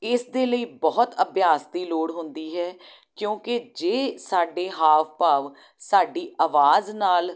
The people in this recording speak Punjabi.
ਇਸ ਦੇ ਲਈ ਬਹੁਤ ਅਭਿਆਸ ਦੀ ਲੋੜ ਹੁੰਦੀ ਹੈ ਕਿਉਂਕਿ ਜੇ ਸਾਡੇ ਹਾਵ ਭਾਵ ਸਾਡੀ ਆਵਾਜ਼ ਨਾਲ